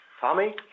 Tommy